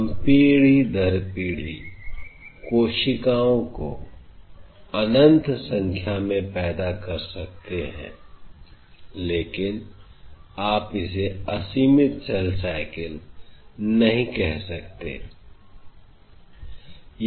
हम पीढ़ी दर पीढ़ी कोशिकाओं को अनंत संख्या में पैदा कर सकते हैं लेकिन आप इसे असीमित CELL CYCLE नहीं कह सकते हैं